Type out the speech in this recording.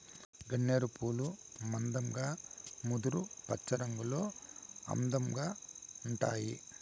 గన్నేరు పూలు మందంగా ముదురు పచ్చరంగులో అందంగా ఉంటాయి